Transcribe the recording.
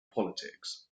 politics